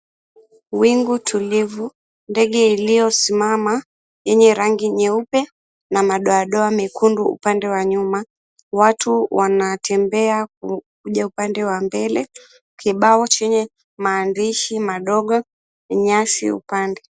Wingu tulivu, ndege iliyosimama yenye rangi nyeupe na madodoa mekundu upande wa nyuma. Watu wanatembea kwa kuja upande wa mbele. Kibao chenye maandishi madogo na nyasi upande.